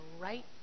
right